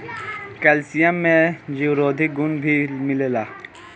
calcium में जीवरोधी गुण भी मिलेला